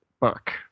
book